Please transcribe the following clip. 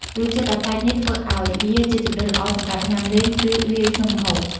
រសជាតិដ៏ប្លែកនេះធ្វើឲ្យវាជាជម្រើសល្អសម្រាប់ញ៉ាំលេង ឬលាយក្នុងម្ហូប។